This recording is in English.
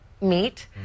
meet